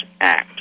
act